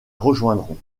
rejoindront